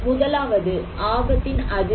முதலாவது ஆபத்தின் அதிர்வெண்